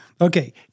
Okay